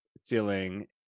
ceiling